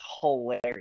hilarious